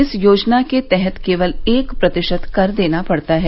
इस योजना के तहत केवल एक प्रतिशत कर देना पड़ता है